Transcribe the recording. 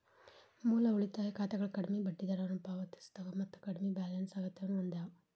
ಮೂಲ ಉಳಿತಾಯ ಖಾತೆಗಳ ಕಡ್ಮಿ ಬಡ್ಡಿದರವನ್ನ ಪಾವತಿಸ್ತವ ಮತ್ತ ಕಡ್ಮಿ ಬ್ಯಾಲೆನ್ಸ್ ಅಗತ್ಯವನ್ನ ಹೊಂದ್ಯದ